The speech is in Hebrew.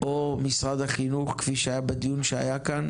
בוקר טוב אנחנו פותחים את דיוני הוועדה המיוחדת לחיזוק